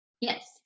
yes